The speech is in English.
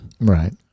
Right